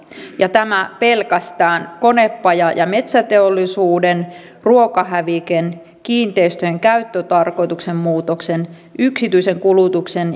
ja tämä pelkästään konepaja ja metsäteollisuuden ruokahävikin kiinteistöjen käyttötarkoituksen muutoksen yksityisen kulutuksen